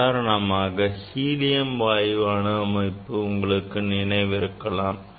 உதாரணமாக ஹீலியம் வாயு அணுஅமைப்பு உங்களுக்கு நினைவிருக்கலாம்